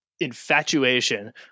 infatuation